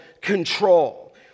control